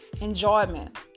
Enjoyment